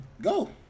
Go